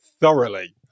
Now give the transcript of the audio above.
thoroughly